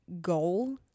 goal